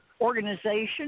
organization